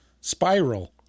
Spiral